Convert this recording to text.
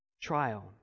trial